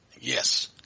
Yes